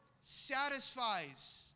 satisfies